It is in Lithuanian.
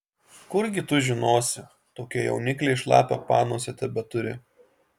kurgi tu žinosi tokia jauniklė šlapią panosę tebeturi